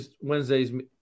Wednesday's